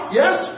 yes